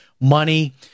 money